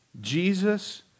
Jesus